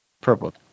Purple